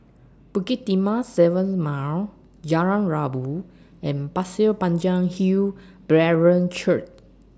Bukit Timah seven Mile Jalan Rabu and Pasir Panjang Hill Brethren Church